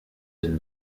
den